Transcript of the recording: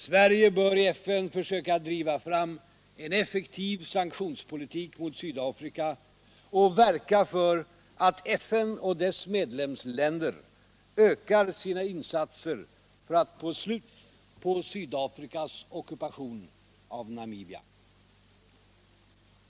Sverige bör i FN försöka driva fram en effektiv sanktionspolitik mot Sydafrika och verka för att FN och dess medlemsländer ökar sina insatser för att få slut på Sydafrikas ockupation av Namibia.